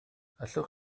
allwch